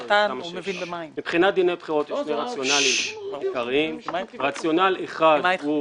מבחינת דיני בחירות יש שני רציונליים עיקריים: רציונל אחד הוא